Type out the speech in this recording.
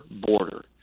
border